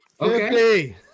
Okay